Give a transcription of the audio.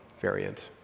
variant